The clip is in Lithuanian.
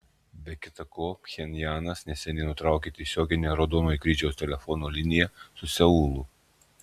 be kita ko pchenjanas neseniai nutraukė tiesioginę raudonojo kryžiaus telefono liniją su seulu